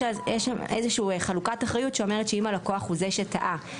יש שם איזושהי חלוקת אחריות שאומרת שאם הלקוח הוא זה שטעה,